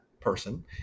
person